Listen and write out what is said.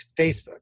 Facebook